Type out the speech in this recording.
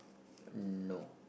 no